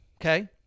okay